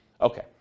okay